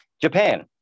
Japan